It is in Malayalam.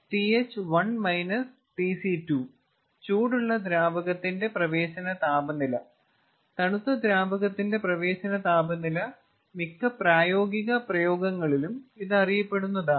Th1 Tc2 ചൂടുള്ള ദ്രാവകത്തിന്റെ പ്രവേശന താപനില തണുത്ത ദ്രാവകത്തിന്റെ പ്രവേശന താപനില മിക്ക പ്രായോഗിക പ്രയോഗങ്ങളിലും ഇത് അറിയപ്പെടുന്നതാണ്